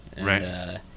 Right